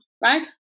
right